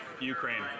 Ukraine